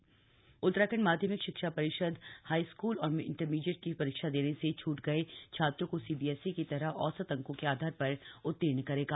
Uttarakhand board Uttarakhand माध्यमिक शिक्षा परिषद हाईस्कूल और इंटरमीडिएट की परीक्षा देने से छूट गए छात्रों को सीबीएसई की तरह औसत अंकों के आधार पर उत्तीर्ण करेगा